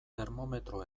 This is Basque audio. termometro